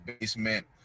basement